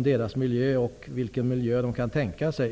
uteliggarnas miljö och vilken miljö dessa personer kan tänka sig.